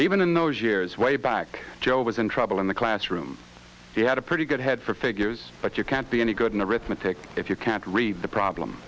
even in those years way back joe was in trouble in the classroom he had a pretty good head for figures but you can't be any good in the arithmetic if you can't read the problem